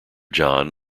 john